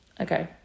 Okay